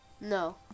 No